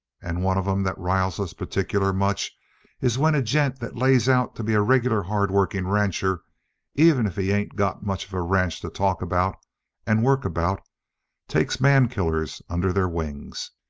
and one of em that riles us particular much is when a gent that lays out to be a regular hardworking rancher even if he ain't got much of a ranch to talk about and work about takes mankillers under their wings.